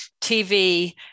TV